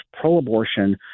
pro-abortion